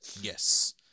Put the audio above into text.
Yes